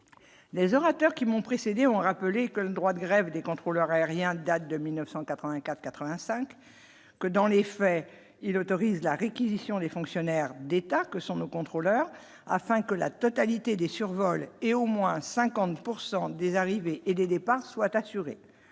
les orateurs qui m'ont précédé, ont rappelé que le droit de grève des contrôleurs aériens date de 1984 85 que dans les faits, il autorise la réquisition des fonctionnaires d'État que sont nos contrôleurs afin que la totalité des survols et au moins 50 pourcent des arrivées et des départs soit assurée,